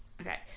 Okay